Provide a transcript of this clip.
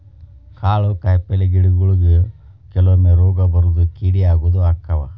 ಕಾಳು ಕಾಯಿಪಲ್ಲೆ ಗಿಡಗೊಳಿಗು ಕೆಲವೊಮ್ಮೆ ರೋಗಾ ಬರುದು ಕೇಡಿ ಆಗುದು ಅಕ್ಕಾವ